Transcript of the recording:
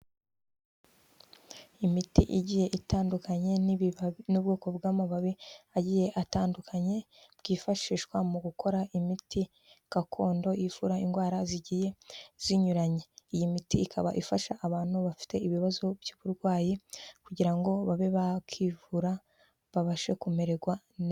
Imiti igiye itandukanye n'ubwoko bw'amababi agiye atandukanye, bwifashishwa mu gukora imiti gakondo ivura indwara zigiye zinyuranye. Iyi miti ikaba ifasha abantu bafite ibibazo by'uburwayi kugira ngo babe bakivura, babashe kumererwa neza.